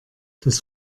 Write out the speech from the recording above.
das